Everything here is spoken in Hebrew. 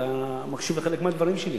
אתה מקשיב לחלק מהדברים שלי.